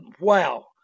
wow